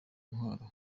intwaro